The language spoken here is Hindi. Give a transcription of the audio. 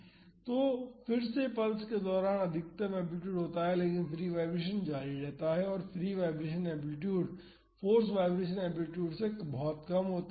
यहां फिर से पल्स के दौरान अधिकतम एम्पलीटूड होता है लेकिन फ्री वाईब्रेशन जारी रहता है और free vibration amplitude force vibration amplitude से बहुत कम होता है